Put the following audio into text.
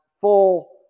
full